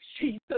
Jesus